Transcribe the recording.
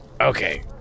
Okay